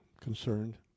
concerned